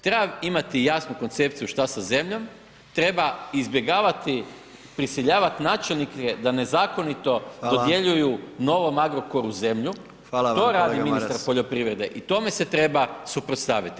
Treba imati jasnu koncepciju što sa zemljom, treba izbjegavati prisiljavati načelnike da nezakonito [[Upadica: Hvala.]] dodjeljuju novom Agrokoru zemlju [[Upadica: Hvala vam kolega Maras.]] to rade ministar poljoprivrede i tome se treba suprotstaviti.